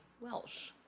Welsh